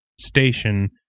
station